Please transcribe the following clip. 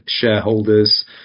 shareholders